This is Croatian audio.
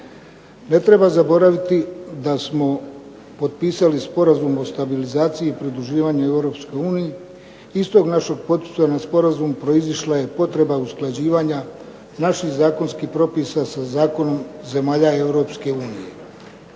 Ne treba zaboraviti da smo potpisali Sporazum o stabilizaciji i pridruživanju Europskoj uniji. Iz tog našeg poticanja sporazum proizašla je potreba usklađivanja naših zakonskih propisa sa zakonom zemalja